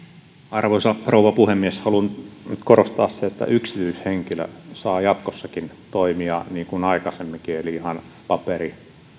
arvoisa rouva puhemies haluan nyt korostaa sitä että yksityishenkilö saa jatkossakin toimia niin kuin aikaisemminkin eli ihan paperisella